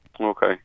Okay